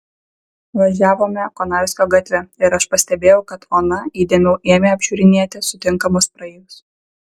važiavome konarskio gatve ir aš pastebėjau kad ona įdėmiau ėmė apžiūrinėti sutinkamus praeivius